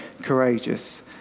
courageous